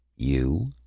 you?